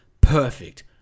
perfect